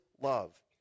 love